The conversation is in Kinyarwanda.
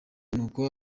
nuko